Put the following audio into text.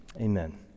Amen